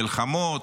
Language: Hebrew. מלחמות,